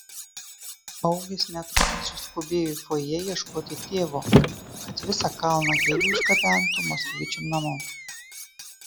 augis netrukus išskubėjo į fojė ieškoti tėvo kad visą kalną gėlių išgabentų moskvičium namo